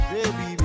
Baby